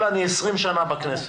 אני 20 שנה בכנסת,